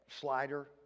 slider